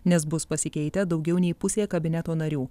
nes bus pasikeitę daugiau nei pusė kabineto narių